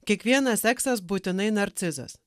kiekvienas eksas būtinai narcizas